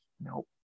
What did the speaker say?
Nope